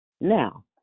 Now